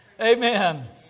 Amen